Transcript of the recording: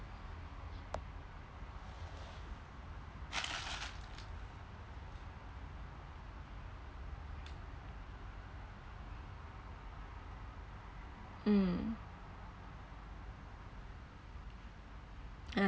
mm